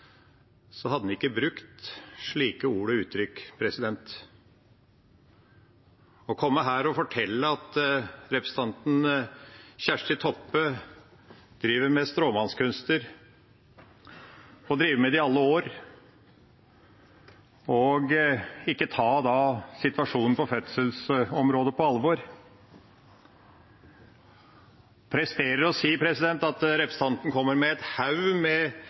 hadde han ikke brukt slike ord og uttrykk. Å komme her og fortelle at representanten Kjersti Toppe driver med stråmannskunster og har drevet med det i alle år, og ikke ta situasjonen på fødselsområdet på alvor og prestere å si at representanten kommer med «en haug med